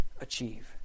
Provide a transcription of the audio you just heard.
achieve